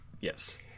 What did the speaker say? Yes